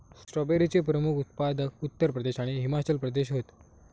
स्ट्रॉबेरीचे प्रमुख उत्पादक उत्तर प्रदेश आणि हिमाचल प्रदेश हत